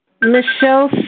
Michelle